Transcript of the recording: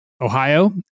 Ohio